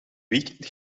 weekend